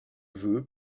vœu